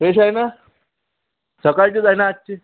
fresh आहे ना सकाळचीच आहे ना आजची